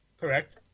Correct